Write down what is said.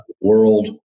World